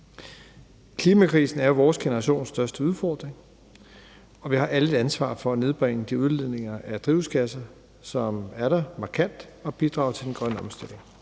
Klimakrisen er vores generations største udfordring, og vi har alle et ansvar for at nedbringe de udledninger af drivhusgasser, som er der, markant og bidrage til den grønne omstilling.